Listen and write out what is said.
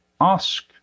ask